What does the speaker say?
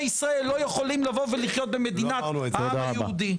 ישראל לא יכולים לבוא ולחיות במדינת העם היהודי?